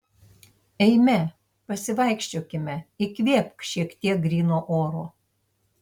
eime pasivaikščiokime įkvėpk šiek tiek gryno oro